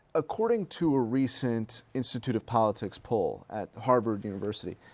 according to a recent institute of politics poll at harvard university,